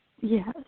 Yes